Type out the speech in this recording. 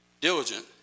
diligent